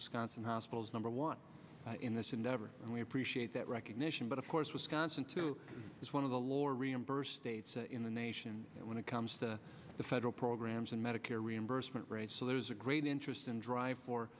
wisconsin hospitals number one in this endeavor and we appreciate that recognition but of course wisconsin too is one of the law reimbursed states in the nation when it comes to the federal programs and medicare reimbursement rates so there's a great interest and drive for